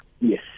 Yes